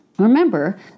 Remember